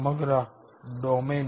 58